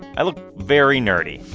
i look very nerdy.